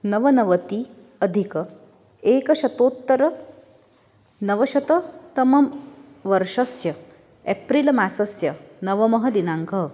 नवनवत्यधिक एकशतोत्तरनवशततम वर्षस्य एप्रिल् मासस्य नवमः दिनाङ्कः